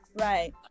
right